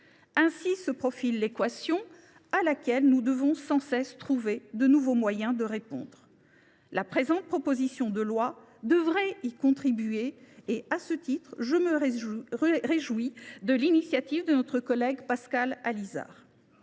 Ainsi se profile l’équation à laquelle nous devons sans cesse trouver de nouveaux moyens de répondre. La présente proposition de loi devrait y contribuer et, à ce titre, je me réjouis de l’initiative de notre collègue Pascal Allizard.